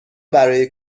برای